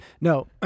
No